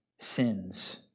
sins